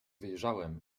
wyjrzałem